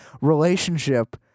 relationship